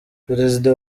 perezida